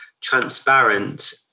transparent